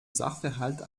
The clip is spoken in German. sachverhalt